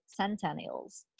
centennials